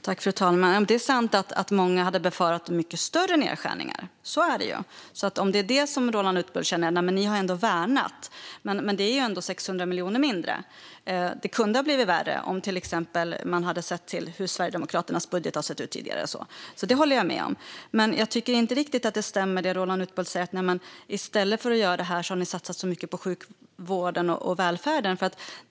Fru talman! Det är sant att många hade befarat mycket större nedskärningar; så är det ju. Roland Utbult kanske känner att man har värnat om detta, men det är ändå 600 miljoner mindre. Jag håller med om att det kunde ha blivit värre, till exempel sett till hur Sverigedemokraternas budget har sett ut tidigare, men jag tycker inte riktigt att det som Roland Utbult säger om att man i stället för att göra detta har satsat mycket på sjukvården och välfärden stämmer.